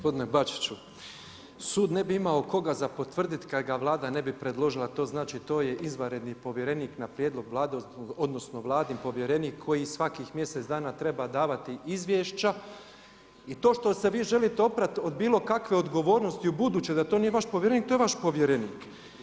Gospodine Bačiću, sud ne bi imao koga za potvrditi kad ga Vlada ne bi predložila, to znači to je izvanredni povjerenik na prijedlog Vlade odnosno Vladin povjerenik koji svakih mjesec dana treba davati izvješća i to što se vi želite oprati od bilokakve odgovornosti ubuduće da to nije vaš povjerenik, to je vaš povjerenik.